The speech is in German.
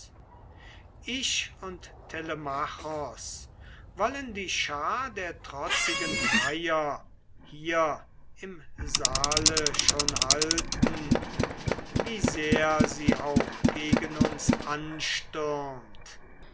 ich und telemachos wollen die schar der trotzigen freier hier im saale schon halten wie sehr sie auch gegen uns anstürmt